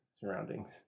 surroundings